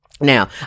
Now